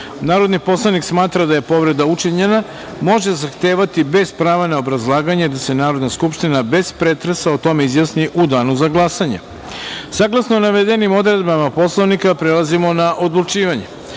narodni poslanik smatra da je povreda učinjena, može zahtevati, bez prava na obrazlaganje, da se Narodna skupština, bez pretresa, o tome izjasni u danu za glasanje. Saglasno navedenim odredbama Poslovnika, prelazimo na odlučivanje. Narodni